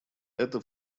это